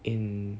in